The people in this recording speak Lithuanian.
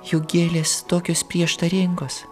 juk gėlės tokios prieštaringos